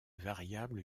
variables